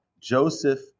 Joseph